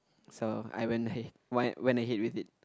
so I went hey went ahead with it